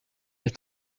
est